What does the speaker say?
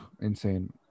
insane